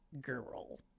girl